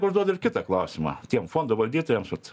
užduodu ir kitą klausimą tiem fondų valdytojams vat